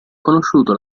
conosciuto